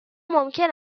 ممکن